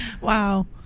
Wow